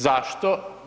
Zašto?